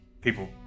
people